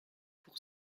pour